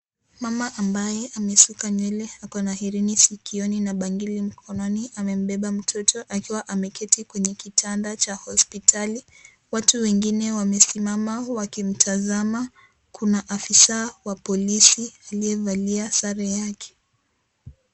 Mama ambaye amesuka nywele, ako na herini sikioni na bangili mkononi, amembeba mtoto akiwa ameketi kwenye kitanda cha hospitali. Watu wengine wamesimama wakimtazama. Kuna afisa wa polisi aliyevalia sare yake.